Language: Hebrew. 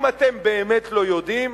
אם אתם באמת לא יודעים,